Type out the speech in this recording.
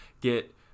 get